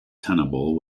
tenable